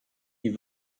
die